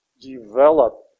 develop